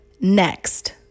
next